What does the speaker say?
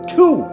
two